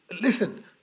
listen